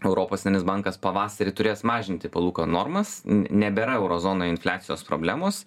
europos bankas pavasarį turės mažinti palūkanų normas nebėra euro zonoj infliacijos problemos